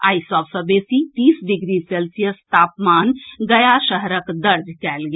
आई सभ सऽ बेसी तीस डिग्री सेल्सियस तापमान गया शहरक दर्ज कएल गेल